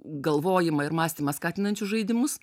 galvojimą ir mąstymą skatinančius žaidimus